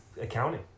accounting